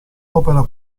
opera